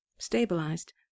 Stabilized